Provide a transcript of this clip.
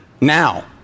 now